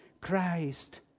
Christ